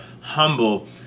humble